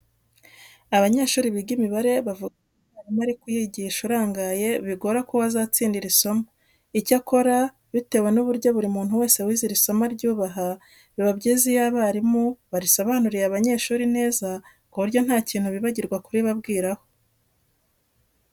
Abanyeshuri biga imibare bavuga ko iyo umwarimu ari kuyigisha urangaye bigora ko wazatsinda iri somo. Icyakora bitewe n'uburyo buri muntu wese wize iri somo aryubaha, biba byiza iyo abarimu barisobanuriye abanyeshuri neza ku buryo nta kintu bibagirwa kuribabwiraho.